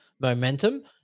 momentum